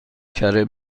کره